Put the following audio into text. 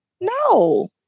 No